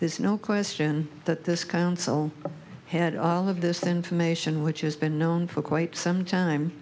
there's no question that this council had all of this information which has been known for quite some time